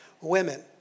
women